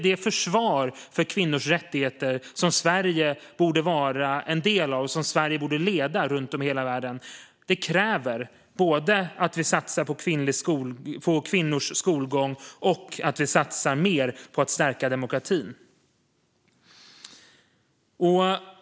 Det försvar för kvinnors rättigheter som Sverige borde vara en del av och som Sverige borde leda runt om i världen kräver både att vi satsar på kvinnors skolgång och att vi satsar mer på att stärka demokratin.